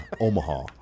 Omaha